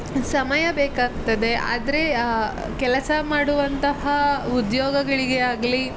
ಸಮಯ ಬೇಕಾಗ್ತದೆ ಆದರೆ ಕೆಲಸ ಮಾಡುವಂತಹ ಉದ್ಯೋಗಿಗಳಿಗೆ ಆಗಲಿ